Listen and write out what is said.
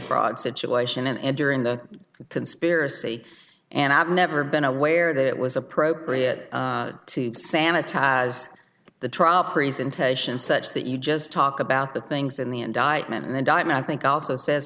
fraud situation and during the conspiracy and i've never been aware that it was appropriate to sanitize the trial presentation such that you just talk about the things in the indictment and indictment i think also says